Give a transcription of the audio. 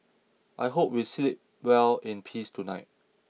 I hope we sleep well in peace tonight